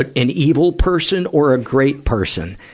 ah an evil person or a great person?